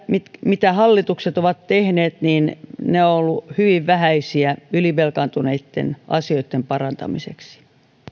mitä hallitukset ovat tehneet ovat olleet hyvin vähäisiä ylivelkaantuneitten asioitten parantamiseksi